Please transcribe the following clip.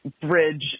bridge